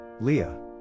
Leah